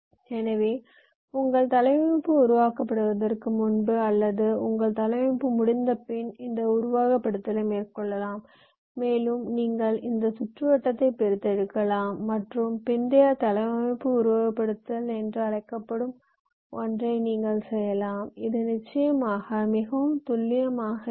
எனவே உங்கள் தளவமைப்பு உருவாக்கப்படுவதற்கு முன்பு அல்லது உங்கள் தளவமைப்பு முடிந்தபின் இந்த உருவகப்படுத்துதலை மேற்கொள்ளலாம் மேலும் நீங்கள் இந்த சுற்றுவட்டத்தைப் பிரித்தெடுக்கலாம் மற்றும் பிந்தைய தளவமைப்பு உருவகப்படுத்துதல் என்று அழைக்கப்படும் ஒன்றை நீங்கள் செய்யலாம் இது நிச்சயமாக மிகவும் துல்லியமாக இருக்கும்